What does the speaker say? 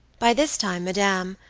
by this time, madame,